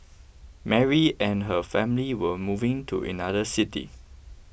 Mary and her family were moving to another city